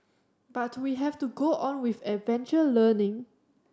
but we have to go on with adventure learning